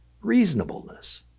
reasonableness